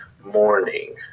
morning